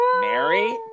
Mary